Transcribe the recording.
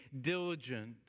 diligent